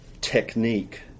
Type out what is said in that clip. technique